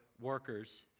workers